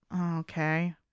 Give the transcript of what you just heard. Okay